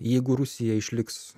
jeigu rusija išliks